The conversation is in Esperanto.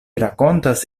rakontas